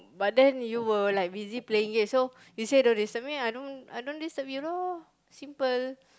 but then you were like busy playing games so you say don't disturb me I don't I don't disturb you lor simple